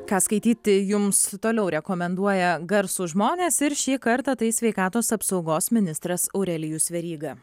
ką skaityti jums toliau rekomenduoja garsūs žmonės ir šį kartą tai sveikatos apsaugos ministras aurelijus veryga